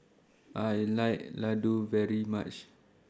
I like Ladoo very much